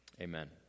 Amen